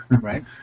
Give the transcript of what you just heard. Right